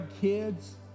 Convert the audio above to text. kids